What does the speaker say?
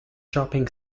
shopping